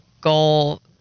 goal